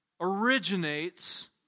originates